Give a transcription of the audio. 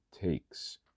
takes